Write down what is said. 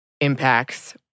impacts